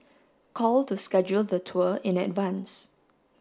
call to schedule the tour in advance